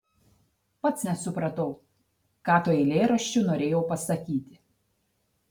pats nesupratau ką tuo eilėraščiu norėjau pasakyti